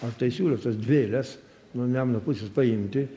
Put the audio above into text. aš tai siūliau tas dvi eiles nuo nemuno pusės paimti